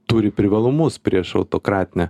turi privalumus prieš autokratinę